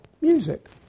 music